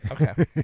Okay